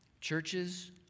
Churches